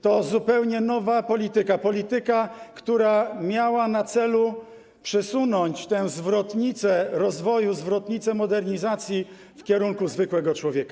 To zupełnie nowa polityka, polityka, która miała na celu przesunąć tę zwrotnicę rozwoju, zwrotnicę modernizacji w kierunku zwykłego człowieka.